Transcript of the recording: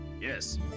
Yes